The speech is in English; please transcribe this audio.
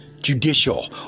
judicial